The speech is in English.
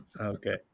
Okay